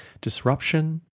disruption